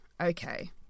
Okay